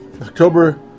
October